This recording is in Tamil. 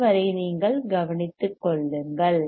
அதுவரை நீங்கள் கவனித்துக் கொள்ளுங்கள்